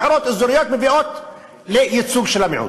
ובחירות אזוריות מביאות לייצוג של המיעוט.